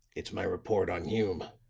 it's my report on hume.